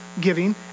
giving